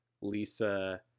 Lisa